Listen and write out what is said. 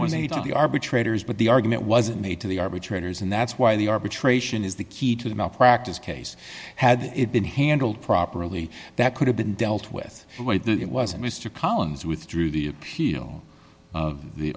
arbitrators but the argument wasn't made to the arbitrators and that's why the arbitration is the key to the malpractise case had it been handled properly that could have been dealt with the way that it was and mr collins withdrew the appeal of the